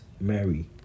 Mary